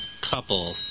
couple